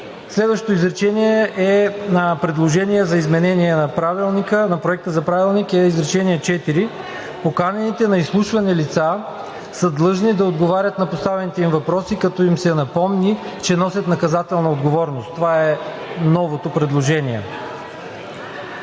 Следващото изречение е предложение за изменение на Проекта за правилник – изречение четири: „Поканените за изслушване лица са длъжни да отговорят на поставените им въпроси, като им се напомни, че носят наказателна отговорност.“ Това е новото предложение.